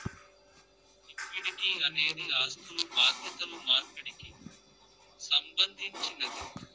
liquidity అనేది ఆస్థులు బాధ్యతలు మార్పిడికి సంబంధించినది